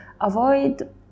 avoid